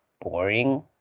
boring